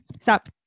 stop